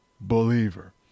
believer